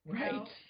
right